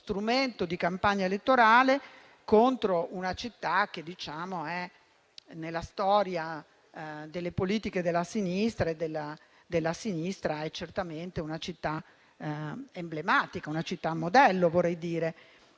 di campagna elettorale, contro una città che, nella storia delle politiche della sinistra, è certamente una città emblematica, una città modello, vorrei dire.